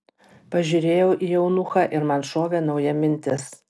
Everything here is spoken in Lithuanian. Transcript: pažiūrėjau į eunuchą ir man šovė nauja mintis